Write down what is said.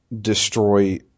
destroy